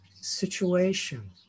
situation